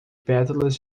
pétalas